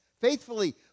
Faithfully